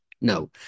no